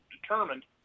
determined